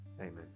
Amen